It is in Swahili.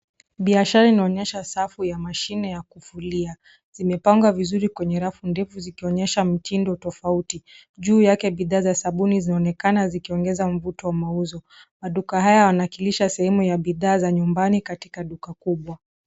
Biashara inaonyesha safu ya mashine ya kufulia. Zimepangwa vizuri kwenye rafu ndevu zikionyesha mtindo tofauti. Juu yake bidhaa za sabuni zinaonekana zikiongeza mvuto wa mauzo. Maduka haya yanakilisha sehemu ya bidhaa za nyumbani katika duka kubwa.